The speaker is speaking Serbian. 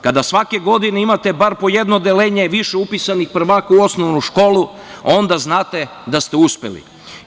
Kada svake godine imate bar po jedno odeljenje više upisanih prvaka u osnovnu školu, onda znate da ste upisani.